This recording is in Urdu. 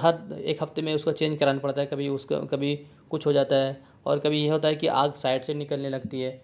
حد ایک ہفتے میں اس کو چینج کرانا پڑتا ہے کبھی اس کا کبھی کچھ ہو جاتا ہے اور کبھی یہ ہوتا ہے کہ آگ سائیڈ سے نکلنے لگتی ہے